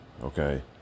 okay